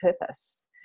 purpose